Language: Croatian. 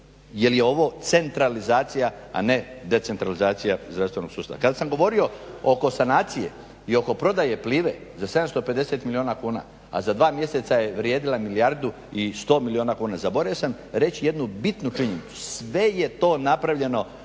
jel je ovo centralizacija, a ne decentralizacija zdravstvenog sustava. Kada sam govorio oko sanacije i oko prodaje Plive za 750 milijuna kuna, a za dva mjeseca je vrijedila milijardu i 100 milijuna kuna zaboravio sam reći jednu bitnu činjenicu, sve je to napravljeno